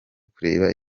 kureba